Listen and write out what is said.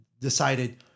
decided